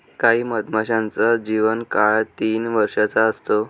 काही मधमाशांचा जीवन काळ तीन वर्षाचा असतो